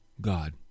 God